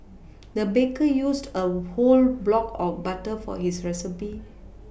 the baker used a whole block of butter for this recipe